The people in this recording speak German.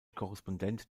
korrespondent